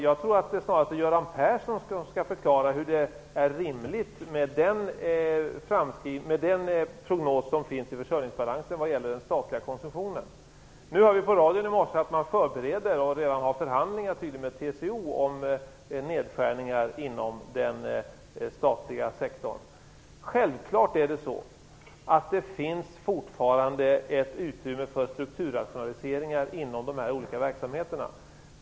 Jag tror att det snarast är Göran Persson som skall förklara hur det är rimligt med den prognos som finns i försörjningsbalansen vad gäller den statliga konsumtionen. Vi hörde på radion i morse att man förbereder och tydligen redan har förhandlingar med TCO om nedskärningar inom den statliga sektorn. Självklart finns det fortfarande ett utrymme för strukturrationaliseringar inom de här olika verksamheterna.